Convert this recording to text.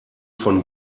von